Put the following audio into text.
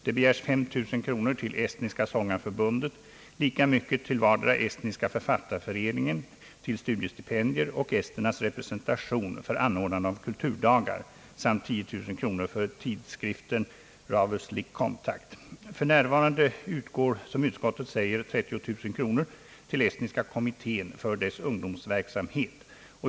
Det begärs 5000 kronor till Estniska sångarförbundet, lika mycket till vardera Estniska författarföreningen, att användas till studiestipendier, och Esternas representation för anordnande av kulturdagar, samt 10 000 kronor för tidskriften Rahvuslih Kontakt. För närvarande utgår, som utskottet anför, 30 000 kronor till Estniska kommittén för dess ungdomsverksamhet.